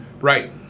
Right